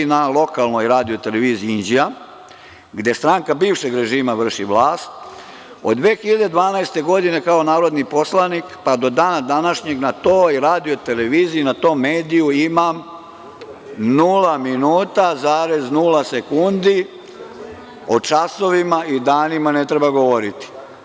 Na lokalnoj RTV Inđija, gde stranka bivšeg režima vrši vlast, od 2012. godine kao narodni poslanik, pa do dana današnjeg na toj RTV, na tom mediju imam nula minuta zarez nula sekundi, o časovima i danima ne treba govoriti.